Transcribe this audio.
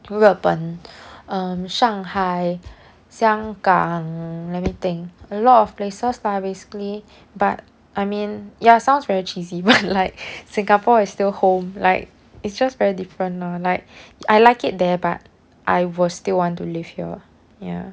日本 um 上海香港 let me think a lot of places lah basically but I mean ya sounds very cheesy but like singapore is still home like it's just very different lor like I like it there but I will still want to live here ya